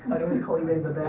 always called ebay the